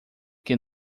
que